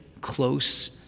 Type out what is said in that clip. close